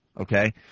Okay